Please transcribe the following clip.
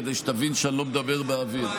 כדי שתבין שאני לא מדבר באוויר.